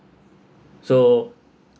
so